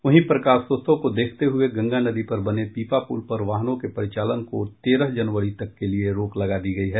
वहीं प्रकाशोत्सव को देखते हुए गंगा नदी पर बने पीपा पुल पर वाहनों के परिचालन को तेरह जनवरी तक के लिए रोक लगा दी गयी है